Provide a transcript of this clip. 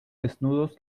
desnudos